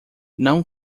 não